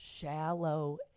shallow